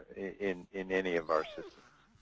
in in any of our systems.